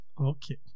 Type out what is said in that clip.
Okay